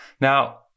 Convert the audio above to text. Now